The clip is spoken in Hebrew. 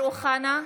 אמיר אוחנה,